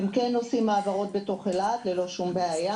הם עושים העברות באילת ללא בעיה,